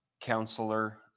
Counselor